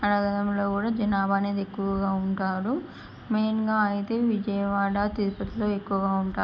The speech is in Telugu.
ఆ నగరంలో కూడా జనాభా అనేది ఎక్కువగా ఉంటారు మెయిన్గా అయితే విజయవాడ తిరుపతిలో ఎక్కువగా ఉంటారు